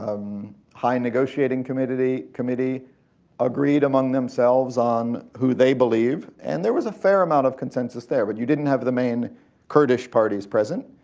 um high negotiating committee committee agreed among themselves on who they believe. and there was a fair amount of consensus there, but you didnt have the main kurdish parties present.